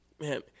Man